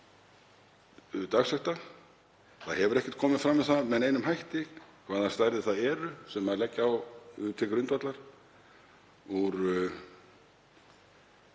Það hefur ekkert komið fram um það með neinum hætti hvaða stærðir það eru sem leggja á til grundvallar úr